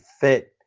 fit